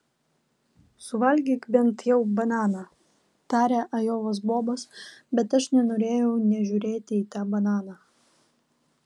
suvalgyk bent jau bananą tarė ajovos bobas bet aš nenorėjau nė žiūrėti į tą bananą